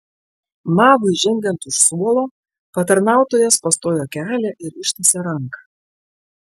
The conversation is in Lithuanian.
magui žengiant už suolo patarnautojas pastojo kelią ir ištiesė ranką